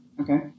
Okay